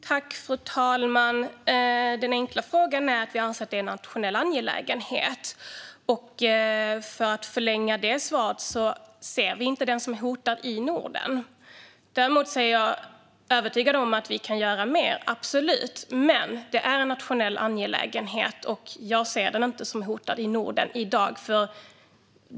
Fru talman! Det enkla svaret är att vi anser att detta är en nationell angelägenhet. För att förlänga svaret kan jag säga att vi inte ser aborträtten som hotad i Norden. Jag är övertygad om att vi kan göra mer, men detta är en nationell angelägenhet. Jag ser inte aborträtten som hotad i Norden i dag.